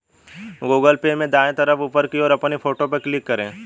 Google Pay में दाएं तरफ ऊपर की ओर अपनी फोटो पर क्लिक करें